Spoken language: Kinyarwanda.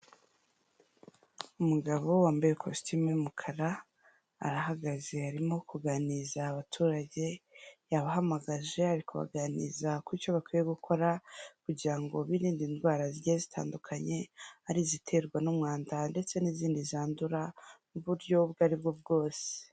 Umugabo wambaye kositimu y'umukara, arahagaze arimo kuganiriza abaturage, yabahamagaje ari kubaganiriza ku cyo bakwiye gukora kugira ngo birinde indwara zigiye zitandukanye, ari iziterwa n'umwanda ndetse n'izindi zandura mu buryo ubwo ari bwo bwose.